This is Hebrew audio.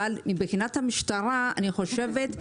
אבל מבחינת המשטרה אני חושבת,